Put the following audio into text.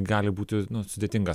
gali būti sudėtingas